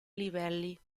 livelli